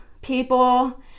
people